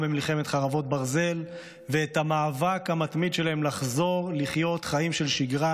במלחמת חרבות ברזל ואת המאבק המתמיד שלהם לחזור לחיות חיים של שגרה,